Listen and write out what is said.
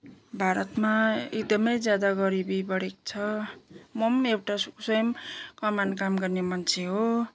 भारतमा एकदमै ज्यादा गरिबी बढेको छ म पनि एउटा स्वयं कमानमा काम गर्ने मान्छे हो